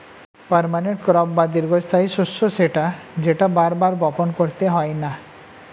permanent crop বা দীর্ঘস্থায়ী শস্য সেটা যেটা বার বার বপণ করতে হয়না